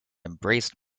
embraced